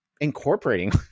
incorporating